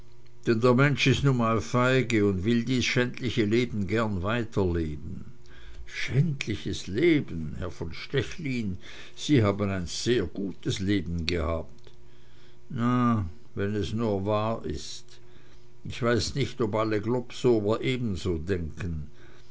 der mensch is nun mal feige und will dies schändliche leben gern weiterleben schändliches leben herr von stechlin sie haben ein sehr gutes leben gehabt na wenn es nur wahr ist ich weiß nicht ob alle globsower ebenso denken